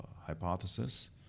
hypothesis